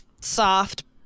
soft